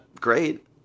great